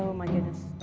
my goodness.